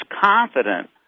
confident